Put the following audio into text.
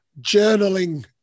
Journaling